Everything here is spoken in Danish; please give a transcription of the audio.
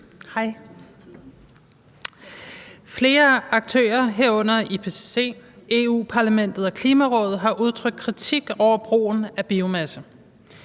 hej. Flere aktører, herunder IPCC, Europa-Parlamentet og Klimarådet, har udtrykt kritik over brugen af biomasse.